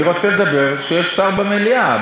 אני רוצה לדבר כשיש שר במליאה.